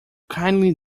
kindly